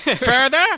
Further